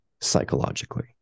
psychologically